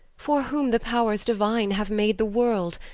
for whom the powers divine have made the world,